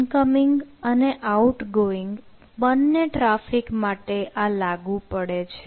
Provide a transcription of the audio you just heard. incoming અને outgoing બંને traffic માટે આ લાગુ પડે છે